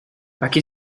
aquí